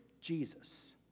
Jesus